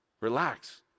Relax